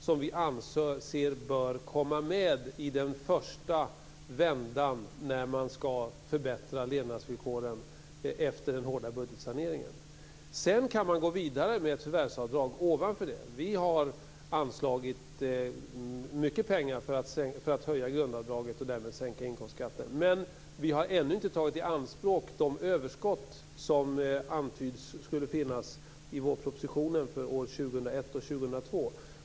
Vi anser att de bör komma med i den första vändan när man skall förbättra levnadsvillkoren efter den hårda budgetsaneringen. Sedan kan man gå vidare med ett förvärvsavdrag. Vi har anslagit mycket pengar för att höja grundavdraget och därmed sänka inkomstskatten. Men vi har ännu inte tagit i anspråk de överskott som i vårpropositionen antyds skulle finnas för åren 2001 och 2002.